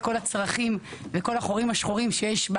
כל הצרכים ואת כל החורים השחורים שיש,